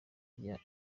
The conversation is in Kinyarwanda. rya